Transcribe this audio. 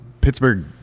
Pittsburgh